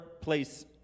place